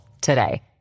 today